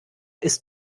ist